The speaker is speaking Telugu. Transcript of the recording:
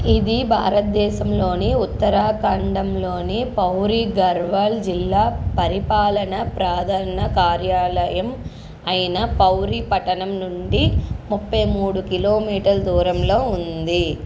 ఇది భారతదేశంలోని ఉత్తరాఖండంలోని పౌరీ గర్వాల్ జిల్లా పరిపాలనా ప్రధాన కార్యాలయం అయిన పౌరీ పట్టణం నుండి ముప్పై మూడు కిలమీటర్ల దూరంలో ఉంది